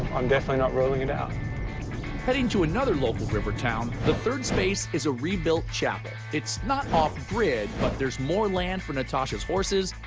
i'm definitely not ruling it out. narrator heading to another local river town, the third space is a rebuilt chapel. it's not off-grid, but there's more land for natasha's horses,